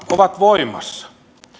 ovat voimassa